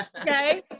Okay